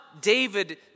David